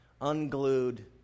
Unglued